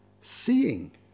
seeing